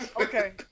okay